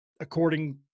according